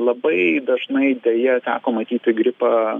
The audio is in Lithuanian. labai dažnai deja teko matyti gripą